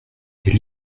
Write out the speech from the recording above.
est